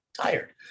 tired